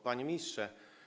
Panie Ministrze!